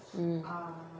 mm